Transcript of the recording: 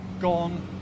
gone